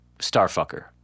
Starfucker